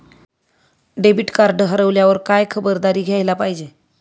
Debit card हरवल्यावर काय खबरदारी घ्यायला पाहिजे?